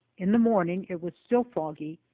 in the morning it was still foggy,